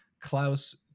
Klaus